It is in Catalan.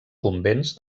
convents